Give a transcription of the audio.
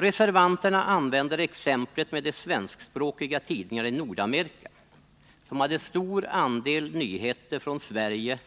Reservanterna använder exemplet med de svenskspråkiga tidningarna i Nordamerika, vilka hade stor andel nyheter från Sverige